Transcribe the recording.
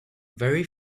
very